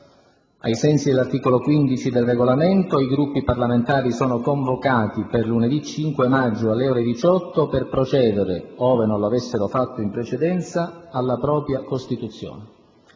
Ai sensi dell'articolo 15 del Regolamento, i Gruppi parlamentari sono convocati per lunedì 5 maggio alle ore 18, per procedere, ove non lo avessero fatto in precedenza, alla propria costituzione.